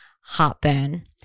heartburn